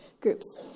groups